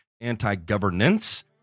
anti-governance